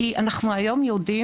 כי אנחנו יודעים היום,